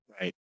Right